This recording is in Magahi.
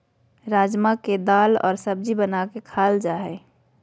राजमा के दाल और सब्जी बना के खाल जा हइ